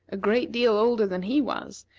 a great deal older then he was,